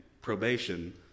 probation